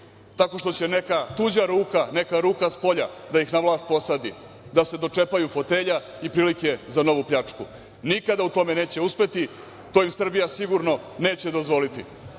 tako što će neka tuđa ruka, ili neka ruka spolja da ih na vlast posadi, da se dočepaju fotelja i prilike za novu pljačku. Nikada u tome neće uspeti, to im Srbija sigurno neće dozvoliti. Još